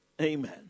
Amen